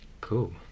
Cool